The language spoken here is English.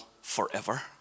forever